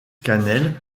cannelle